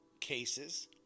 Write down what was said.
cases